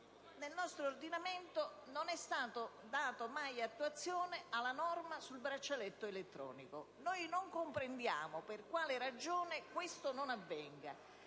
Nel nostro ordinamento non è stata data mai attuazione alla norma sul braccialetto elettronico. Non comprendiamo per quale ragione questo non avvenga,